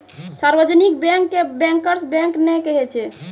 सार्जवनिक bank के bankers bank नै कहै छै